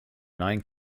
nine